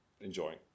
enjoying